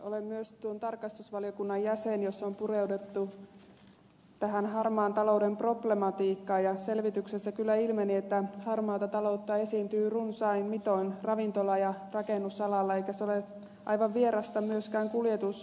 olen myös tuon tarkastusvaliokunnan jäsen jossa on pureuduttu tähän harmaan talouden problematiikkaan ja selvityksessä kyllä ilmeni että harmaata taloutta esiintyy runsain mitoin ravintola ja rakennusalalla eikä se ole aivan vierasta myöskään kuljetusalalle